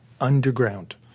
underground